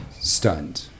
Stunned